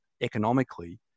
economically